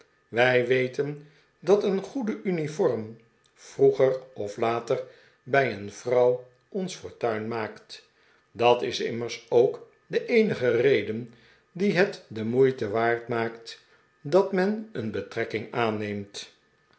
wij weten dat een goede uniform vroeger of later bij een vrouw ons fortuin maakt dat is immers ook de eenige reden die het de moeite waard maakt dat men een betrekking aanneemt